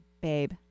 babe